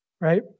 Right